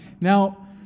Now